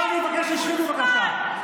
לא, אני מבקש שתשבי, בבקשה.